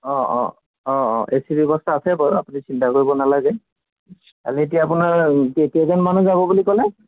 অঁ অঁ অঁ অঁ এ চি ব্যৱস্থা আছে বাৰু আপুনি চিন্তা কৰিব নালাগে খালি এতিয়া আপোনাৰ কেইজন মানুহ যাব বুলি ক'লে